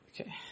Okay